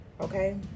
okay